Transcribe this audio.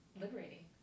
liberating